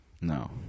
No